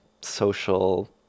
social